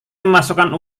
memasukkan